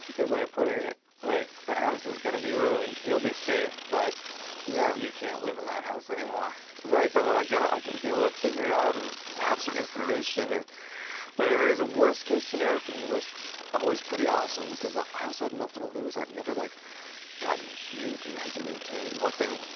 good way of putting it, like the house is going to be ruined. you'll be safe, but yeah you can't live in that house anymore. right, but when i get out, i'll be able to figure it out, and have some information, or whatever it is. a worst case scenario for me was always pretty awesome, because ah i also had nothing to lose, i'd never like gotten huge and had to maintain. one thing,